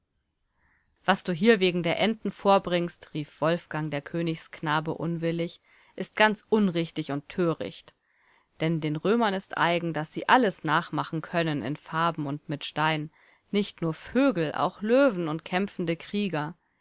was du hier wegen der enten vorbringst rief wolfgang der königsknabe unwillig ist ganz unrichtig und töricht denn den römern ist eigen daß sie alles nachmachen können in farben und mit stein nicht nur vögel auch löwen und kämpfende krieger